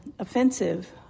Offensive